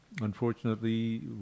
unfortunately